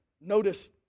Notice